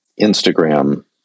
Instagram